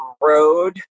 road